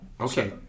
Okay